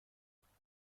مراقبش